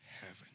heaven